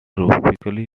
subtropical